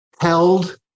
held